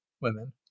women